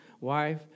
wife